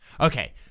Okay